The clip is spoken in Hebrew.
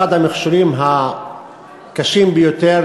אחד המכשולים הקשים ביותר,